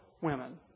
women